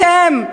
אתם,